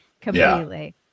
completely